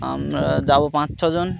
আমরা যাবো পাঁচ ছজন